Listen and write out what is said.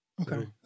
Okay